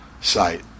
site